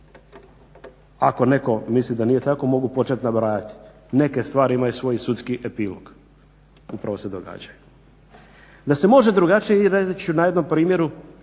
Ako netko misli da nije tako mogu počet nabrajati. Neke stvari imaju svoj sudski epilog. Upravo se događaju. Da se može drugačije reći ću na jednom primjeru